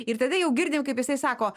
ir tada jau girdim kaip jisai sako